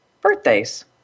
birthdays